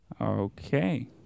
Okay